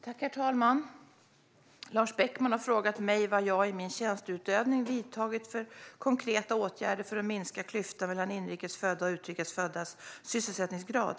Svar på interpellationer Herr talman! Lars Beckman har frågat mig vilka konkreta åtgärder jag i min tjänsteutövning har vidtagit för att minska klyftan mellan inrikes föddas och utrikes föddas sysselsättningsgrad.